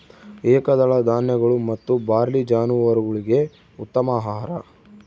ಏಕದಳ ಧಾನ್ಯಗಳು ಮತ್ತು ಬಾರ್ಲಿ ಜಾನುವಾರುಗುಳ್ಗೆ ಉತ್ತಮ ಆಹಾರ